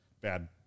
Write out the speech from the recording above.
bad